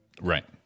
Right